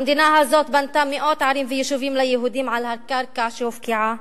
המדינה הזאת בנתה מאות ערים ויישובים ליהודים על הקרקע שהופקעה.